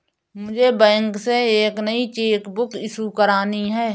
मुझे बैंक से एक नई चेक बुक इशू करानी है